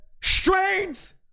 strength